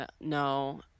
No